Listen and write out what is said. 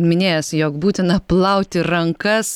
minėjęs jog būtina plauti rankas